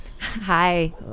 hi